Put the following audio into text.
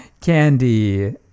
candy